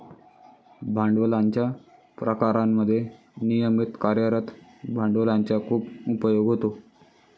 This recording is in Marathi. भांडवलाच्या प्रकारांमध्ये नियमित कार्यरत भांडवलाचा खूप उपयोग होतो